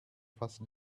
first